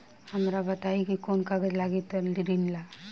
हमरा बताई कि कौन कागज लागी ऋण ला?